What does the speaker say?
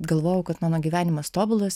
galvojau kad mano gyvenimas tobulas